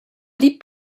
pli